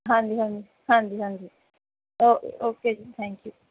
ਹਾਂਜੀ ਹਾਂਜੀ ਹਾਂਜੀ ਹਾਂਜੀ ਓ ਓਕੇ ਜੀ ਥੈਂਕ ਯੂ